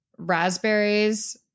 Raspberries